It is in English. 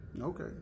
Okay